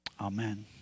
Amen